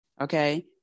okay